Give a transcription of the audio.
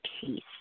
peace